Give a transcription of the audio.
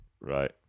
Right